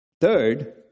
Third